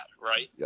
right